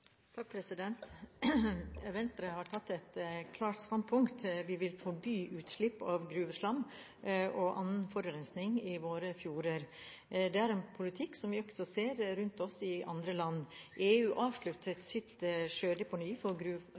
Venstre har tatt et klart standpunkt. Vi vil forby utslipp av gruveslam og annen forurensing i våre fjorder. Det er en politikk vi også ser rundt oss i andre land. EU avsluttet sitt sjødeponi for